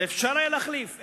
ואפשר היה להחליף.